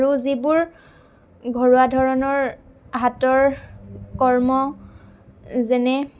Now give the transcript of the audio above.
আৰু যিবোৰ ঘৰুৱা ধৰণৰ হাতৰ কৰ্ম যেনে